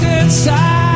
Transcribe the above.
inside